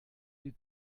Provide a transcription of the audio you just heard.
die